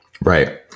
Right